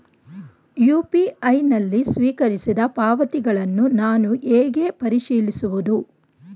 UPI ನಲ್ಲಿ ಸ್ವೀಕರಿಸಿದ ಪಾವತಿಗಳನ್ನು ನಾನು ಹೇಗೆ ಪರಿಶೀಲಿಸುವುದು?